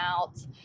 out